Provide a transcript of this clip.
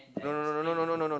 no no no no no no no no